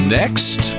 next